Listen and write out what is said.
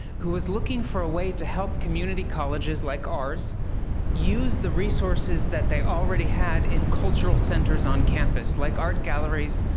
who was looking for a way to help community colleges like ours use the resources that they already had in cultural centers on campus like art galleries,